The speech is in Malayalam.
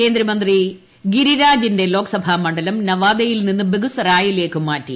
കേന്ദ്രമന്ത്രി ഗിരിരാജിന്റെ ലോക്സഭാ മണ്ഡലം നവാദയിൽ നിന്നും ബഗുസരയിലേക്ക് മാറ്റി